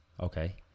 Okay